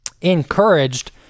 encouraged